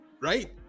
right